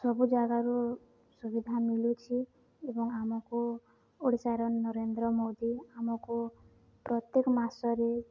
ସବୁ ଜାଗାରୁ ସୁବିଧା ମିଳୁଛି ଏବଂ ଆମକୁ ଓଡ଼ିଶାର ନରେନ୍ଦ୍ର ମୋଦି ଆମକୁ ପ୍ରତ୍ୟେକ ମାସରେ